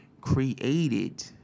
created